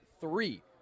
three